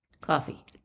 Coffee